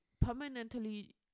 permanently